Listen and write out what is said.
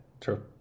true